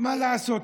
מה לעשות?